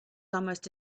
almost